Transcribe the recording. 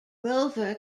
rover